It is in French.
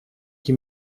qui